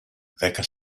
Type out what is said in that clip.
δέκα